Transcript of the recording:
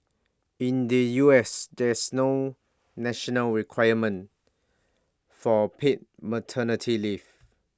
in the U S there's no national requirement for paid maternity leave